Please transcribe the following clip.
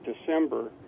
December